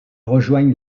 rejoignent